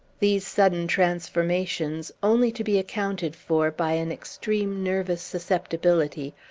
these sudden transformations, only to be accounted for by an extreme nervous susceptibility,